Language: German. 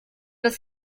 dass